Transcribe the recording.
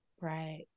Right